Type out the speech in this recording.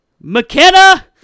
McKenna